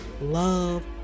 love